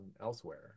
elsewhere